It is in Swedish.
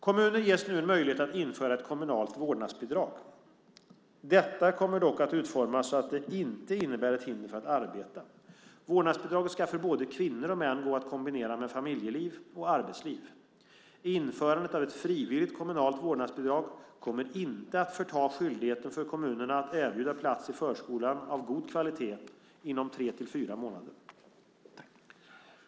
Kommuner ges nu en möjlighet att införa ett kommunalt vårdnadsbidrag. Detta kommer dock att utformas så att det inte innebär ett hinder för att arbeta. Vårdnadsbidraget ska för både kvinnor och män gå att kombinera med familjeliv och arbetsliv. Införandet av ett frivilligt kommunalt vårdnadsbidrag kommer inte att förta skyldigheten för kommunerna att erbjuda plats i förskolan av god kvalitet inom tre till fyra månader.